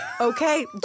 Okay